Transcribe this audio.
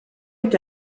est